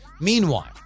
Meanwhile